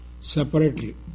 separately